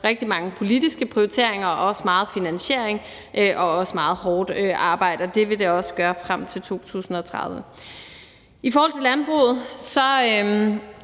rigtig mange politiske prioriteringer og også meget finansiering og også meget hårdt arbejde, og det vil det også gøre frem til 2030. I forhold til landbruget har